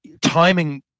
timing